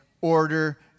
order